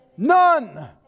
None